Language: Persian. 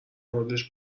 موردش